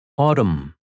Autumn